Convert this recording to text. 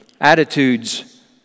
attitudes